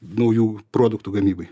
naujų produktų gamybai